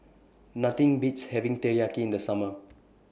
Nothing Beats having Teriyaki in The Summer